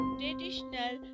traditional